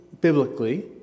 biblically